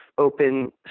open